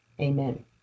Amen